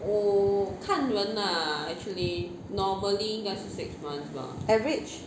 average